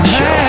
Show